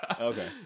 Okay